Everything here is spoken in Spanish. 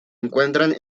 encuentran